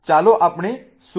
ચાલો આપણે સુક્રોઝ તરફ આગળ વધીએ